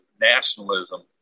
nationalism